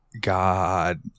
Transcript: God